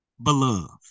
beloved